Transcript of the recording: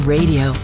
Radio